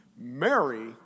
Mary